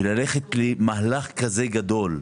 ללכת למהלך כזה גדול,